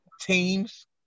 teams